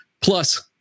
plus